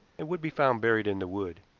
and would be found buried in the wood.